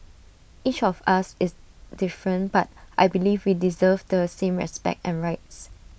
each of us is different but I believe we deserve the same respect and rights